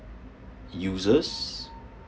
users